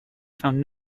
found